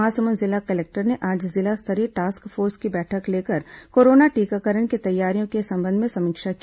महासमुंद जिला कलेक्टर ने आज जिला स्तरीय टास्क फोर्स की बैठक लेकर कोरोना टीकाकरण की तैयारियों के संबंध में समीक्षा की